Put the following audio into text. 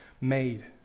made